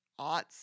aughts